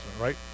right